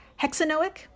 hexanoic